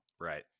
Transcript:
Right